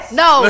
no